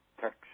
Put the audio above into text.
text